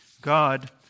God